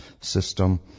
system